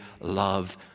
love